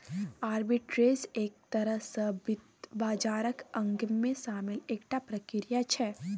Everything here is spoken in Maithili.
आर्बिट्रेज एक तरह सँ वित्त बाजारक अंगमे शामिल एकटा प्रक्रिया छै